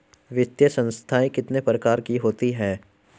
वित्तीय संस्थाएं कितने प्रकार की होती हैं?